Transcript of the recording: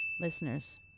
Listeners